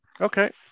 Okay